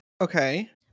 Okay